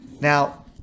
Now